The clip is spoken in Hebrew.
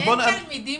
אין תלמידים